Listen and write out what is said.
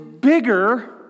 bigger